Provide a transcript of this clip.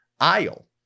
aisle